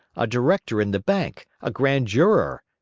a director in the bank, a grand juror?